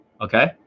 Okay